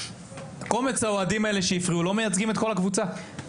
קומץ האוהדים שהפריעו לא מייצגים את כל הקבוצה.